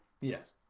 Yes